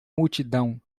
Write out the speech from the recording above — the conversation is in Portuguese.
multidão